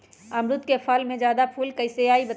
अमरुद क फल म जादा फूल कईसे आई बताई?